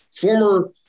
Former